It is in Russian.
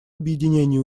объединении